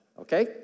Okay